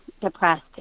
depressed